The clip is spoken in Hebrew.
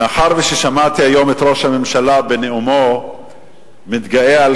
מאחר ששמעתי היום את ראש הממשלה בנאומו מתגאה על